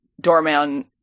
doorman